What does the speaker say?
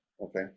okay